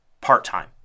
part-time